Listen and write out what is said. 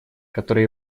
которая